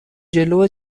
جلو